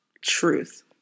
Truth